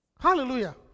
Hallelujah